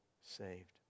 saved